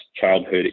childhood